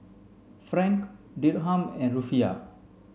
Franc Dirham and Rufiyaa